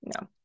no